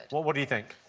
what what do you think?